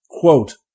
quote